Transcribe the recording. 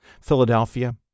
Philadelphia